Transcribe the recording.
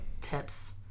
tips